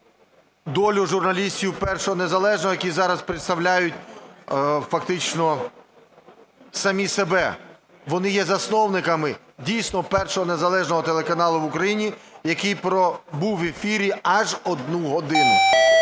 долю журналістів "Першого незалежного", який зараз представляють фактично самі себе. Вони є засновниками дійсно першого незалежного телеканалу в Україні, який пробув в ефірі аж одну годину.